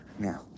Now